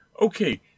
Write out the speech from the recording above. okay